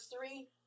three